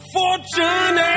fortune